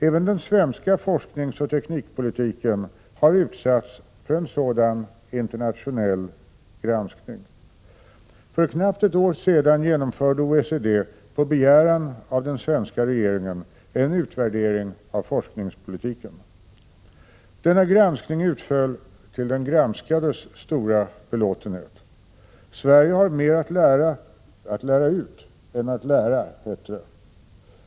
Även den svenska forskningsoch teknikpolitiken har utsatts för en sådan internationell granskning. För knappt ett år sedan genomförde OECD på begäran av den svenska regeringen en utvärdering av forskningspolitiken. Denna granskning utföll till den granskades stora belåtenhet; Sverige har mer att lära ut än att lära, hette det.